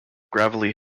gravelly